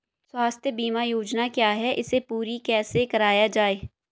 स्वास्थ्य बीमा योजना क्या है इसे पूरी कैसे कराया जाए?